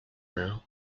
now